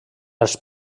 els